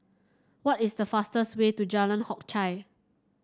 what is the fastest way to Jalan Hock Chye